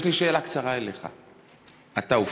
יש לי שאלה קצרה אליך: אתה הופתעת?